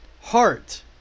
heart